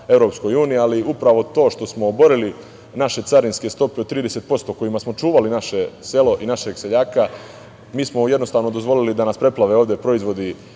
pristupa EU, ali upravo to što smo oborili naše carinske stope od 30% kojima smo čuvali naše selo i našeg seljaka mi smo jednostavno dozvolili da nas preplave ovde proizvodi,